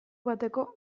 bateko